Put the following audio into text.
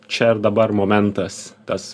čia ir dabar momentas tas